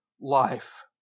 life